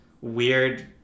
weird